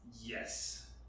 Yes